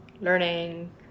learning